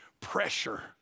Pressure